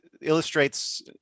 illustrates